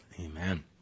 Amen